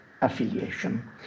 affiliation